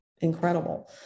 incredible